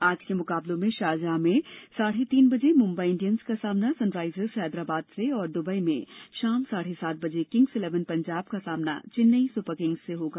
आज के मुकाबलों में शारजाह में साढ़े तीन बजे मुंबई इंडियन्स का सामना सनराइजर्स हैदराबाद से और दुबई में शाम साढ़े सात बजे किंग्स इलेवन पंजाब का सामना चेन्नई सुपर किंग्स से होगा